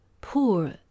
poor